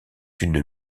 une